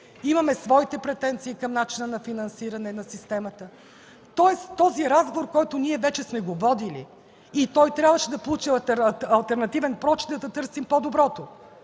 Имаме своите претенции към начина на финансиране на системата. Тоест този разговор, който ние вече сме водили и трябваше да получи алтернативен прочит, за да търсим по-доброто.